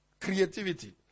Creativity